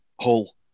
Hull